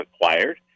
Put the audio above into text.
acquired